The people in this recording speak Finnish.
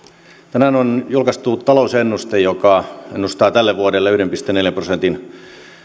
tänään on julkaistu talousennuste joka ennustaa tälle vuodelle yhden pilkku neljän prosentin